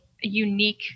unique